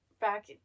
back